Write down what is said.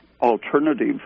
alternative